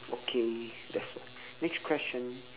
okay that's it next question